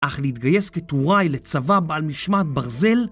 אך להתגייס כטוראי לצבא בעל משמעת ברזל?